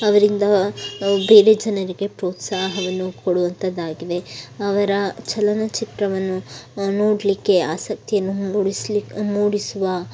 ಅವರಿಂದ ಬೇರೆ ಜನರಿಗೆ ಪ್ರೋತ್ಸಾಹವನ್ನು ಕೊಡುವಂಥದ್ದಾಗಿದೆ ಅವರ ಚಲನಚಿತ್ರವನ್ನು ನೋಡಲಿಕ್ಕೆ ಆಸಕ್ತಿಯನ್ನು ಮೂಡಿಸ್ಲಿಕ್ಕೆ ಮೂಡಿಸುವ